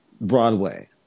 Broadway